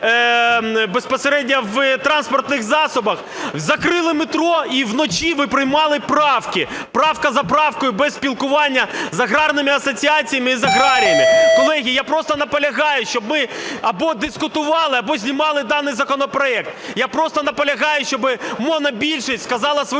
безпосередньо в транспортних засобах, закрили метро і вночі ви приймали правки. Правка за правкою без спілкування з аграрними асоціаціями і з аграріями. Колеги, я просто наполягаю, щоб ми або дискутували, або знімали даний законопроект. Я просто наполягаю, щоб монобільшість сказала свою